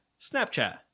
Snapchat